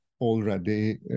already